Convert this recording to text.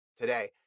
today